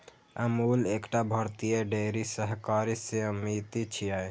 अमूल एकटा भारतीय डेयरी सहकारी समिति छियै